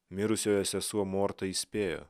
mirusiojo sesuo morta įspėjo